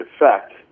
effect